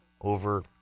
over